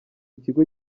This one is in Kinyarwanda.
kigo